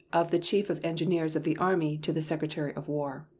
of the chief of engineers of the army to the secretary of war.